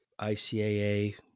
ICAA